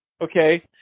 Okay